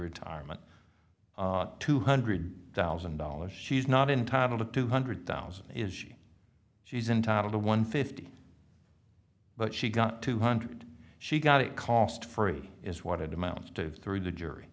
retirement two hundred thousand dollars she's not entitle to two hundred thousand is she she's entitled to one fifty but she got two hundred she got it cost free is wanted to mount through the jury